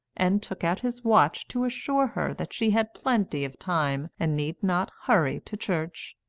and took out his watch to assure her that she had plenty of time and need not hurry to church.